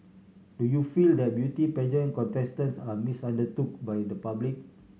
do you feel that beauty pageant contestants are misunderstood by the public